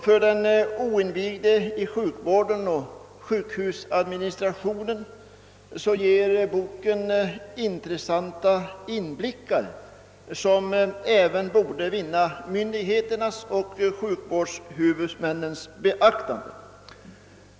För den i sjukvården och sjukhusadministrationen oinvigde ger denna bok intressanta inblickar, som även borde vinna myndigheternas och sjukvårdshuvudmännens beaktande.